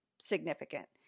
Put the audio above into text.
significant